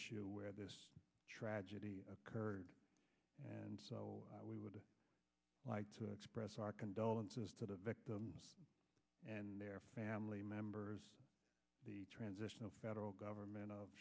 issue where this tragedy occurred and so we would like to express our condolences to the victims and their family members the transitional federal government